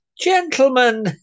Gentlemen